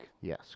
Yes